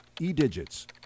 e-digits